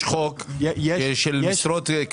יש חוק של משרות,